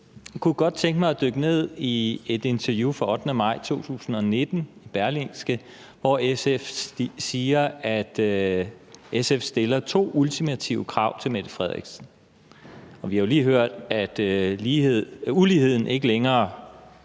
Jeg kunne godt tænke mig at dykke ned i et interview fra den 8. maj 2019 i Berlingske, hvor SF siger, at SF stiller to ultimative krav til statsministeren. Vi har jo lige hørt, at uligheden i hvert